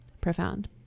profound